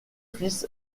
fils